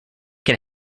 can